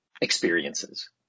experiences